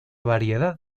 variedad